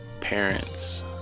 parents